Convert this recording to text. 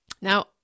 Now